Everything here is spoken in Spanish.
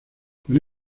con